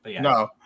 No